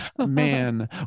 man